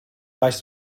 baix